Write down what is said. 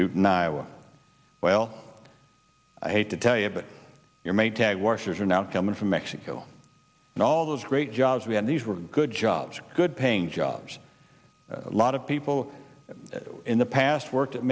nial well i hate to tell you but your maytag washers are now coming from mexico and all those great jobs we had these were good jobs good paying jobs a lot of people in the past worked at